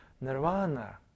nirvana